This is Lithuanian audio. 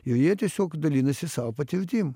ir jie tiesiog dalinasi savo patirtim